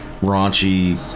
raunchy